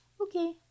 Okay